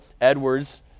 Edwards